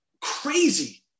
crazy